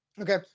Okay